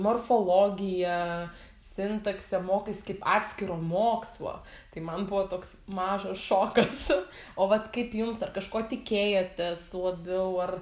morfologija sintaksė mokais kaip atskiro mokslo tai man buvo toks mažas šokas o vat kaip jums ar kažko tikėjotės labiau ar